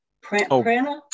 prana